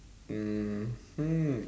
mmhmm